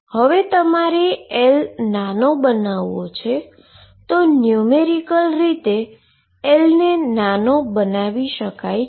હવે તમારે L નાનો બનાવવો છે તો ન્યુમેરીકલ રીતે L ને નાનો બનાવી શકાય છે